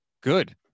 Good